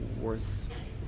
worth